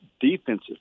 defensive